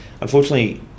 unfortunately